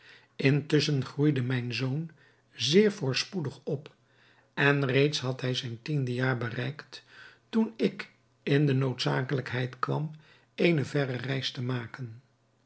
intusschen groeide mijn zoon zeer voorspoedig op en reeds had hij zijn tiende jaar bereikt toen ik in de noodzakelijkheid kwam eene verre reis te maken